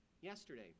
yesterday